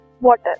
water